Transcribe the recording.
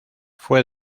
fue